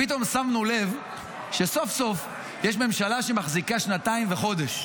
פתאום שמנו לב שסוף-סוף יש ממשלה שמחזיקה שנתיים וחודש,